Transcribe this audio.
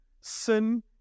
sin